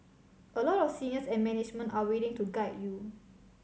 a lot of seniors and management are willing to guide you